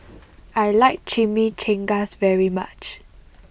I like Chimichangas very much